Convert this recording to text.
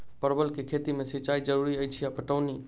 परवल केँ खेती मे सिंचाई जरूरी अछि या पटौनी?